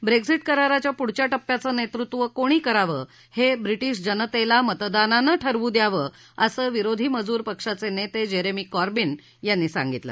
Brexit कराराच्या पुढच्या टप्प्याचं नेतृत्व कोणी करावं हे ब्रिटिश जनतेला मतदानानं ठरवू द्यावं असं विरोधी मजूर पक्षाचे नेते जेरमी कॉर्बीन यांनी सांगितलं